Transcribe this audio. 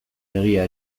egia